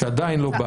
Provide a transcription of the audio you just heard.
שעדיין לא בארץ.